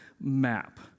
map